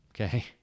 okay